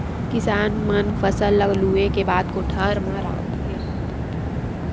किसान मन फसल ल लूए के बाद कोठर म राखथे